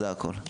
זה הכול.